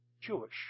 Jewish